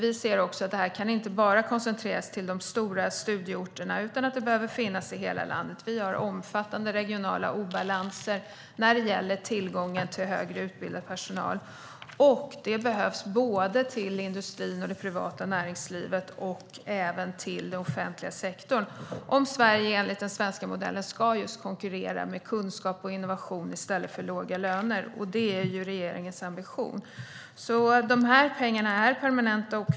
Vi ser också att det inte bara kan koncentreras till de stora studieorterna, utan det behöver finnas i hela landet. Vi har omfattande regionala obalanser när det gäller tillgången till högre utbildad personal till industrin, det privata näringslivet och den offentliga sektorn. Det behövs om Sverige enligt den svenska modellen ska konkurrera med kunskap och innovation i stället för låga löner. Det är ju regeringens ambition. De här pengarna är permanenta.